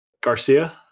Garcia